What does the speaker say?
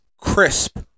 crisp